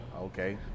Okay